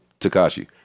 Takashi